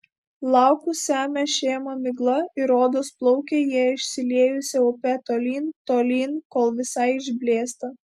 laukus semia šėma migla ir rodos plaukia jie išsiliejusia upe tolyn tolyn kol visai išblėsta